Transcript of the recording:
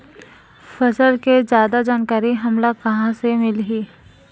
फसल के जादा जानकारी हमला कहां ले मिलही?